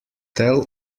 tell